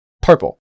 purple